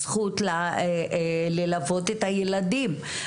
הזכות ללוות את הילדים,